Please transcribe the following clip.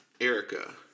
Erica